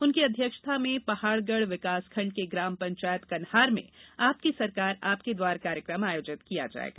उनकी अध्यक्षता में पढ़ाडगढ़ विकास खण्ड के श्राम पंचायत कन्हार में आपकी सरकार आपके द्वार कार्यक्रम आयोजित किया जायेगा